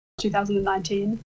2019